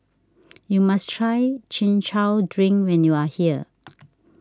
you must try Chin Chow Drink when you are here